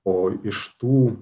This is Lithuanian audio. o iš tų